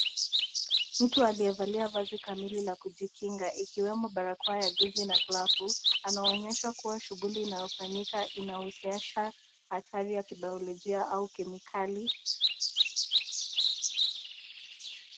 Mtu aliyevalia vazi kamili la kujikinga, ikiwemo barakoa ya gesi na glavu, inaonyesha kuwa shughuli inayofanyika inahusisha hatari ya kibayolojia au kemikali.